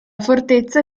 fortezza